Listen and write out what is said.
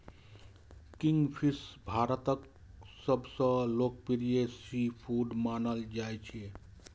kingfish भारतक सबसं लोकप्रिय सीफूड मानल जाइ छै